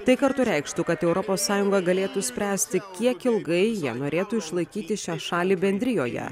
tai kartu reikštų kad europos sąjunga galėtų spręsti kiek ilgai jie norėtų išlaikyti šią šalį bendrijoje